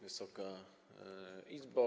Wysoka Izbo!